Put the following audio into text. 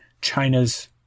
China's